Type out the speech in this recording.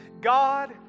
God